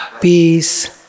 peace